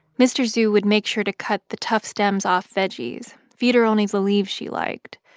mr. zhu would make sure to cut the tough stems off veggies, feed her only the leaves she liked.